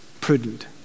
prudent